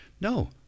no